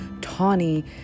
Tawny